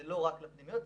זה לא רק לפנימיות,